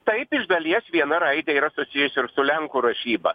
taip iš dalies viena raidė yra susijusi ir su lenkų rašyba